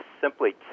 simply